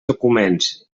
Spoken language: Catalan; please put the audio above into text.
documents